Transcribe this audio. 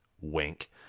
wink